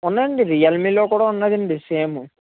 ఉన్నాయండి Realme లో కూడా ఉన్నాదండి సేమ్